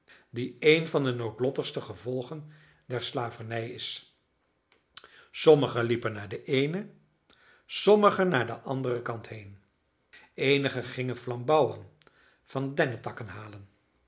die een van de noodlottigste gevolgen der slavernij is sommigen liepen naar den eenen sommigen naar den anderen kant heen eenigen gingen flambouwen van dennentakken halen